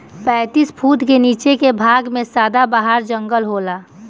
पैतीस फुट के नीचे के भाग में सदाबहार जंगल होला